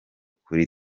kuri